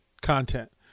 content